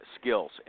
skills